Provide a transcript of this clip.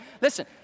Listen